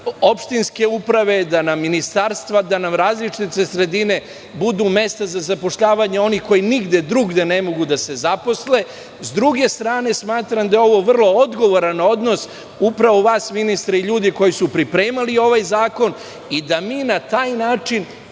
opštinske uprave, da nam ministarstva, da nam različite sredine budu mesta za zapošljavanje onih koji nigde drugde ne mogu da se zaposle. Smatram da je ovo vrlo odgovoran odnos, upravo vas, ministre, i ljudi koji su pripremali ovaj zakon i da na taj način